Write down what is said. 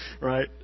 Right